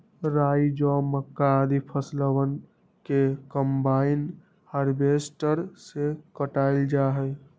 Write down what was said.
राई, जौ, मक्का, आदि फसलवन के कम्बाइन हार्वेसटर से काटल जा हई